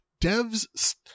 devs